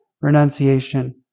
renunciation